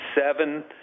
seven